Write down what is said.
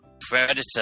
Predator